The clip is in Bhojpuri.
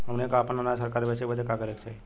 हमनी के आपन अनाज सरकार के बेचे बदे का करे के चाही?